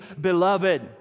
Beloved